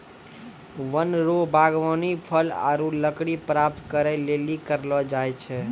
वन रो वागबानी फल आरु लकड़ी प्राप्त करै लेली करलो जाय छै